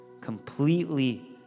completely